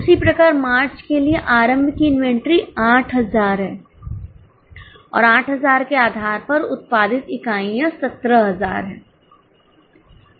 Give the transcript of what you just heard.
उसी प्रकार मार्च के लिए आरंभ की इन्वेंटरी 8000 है और 8000 के आधार पर उत्पादित इकाइयाँ 17000 हैं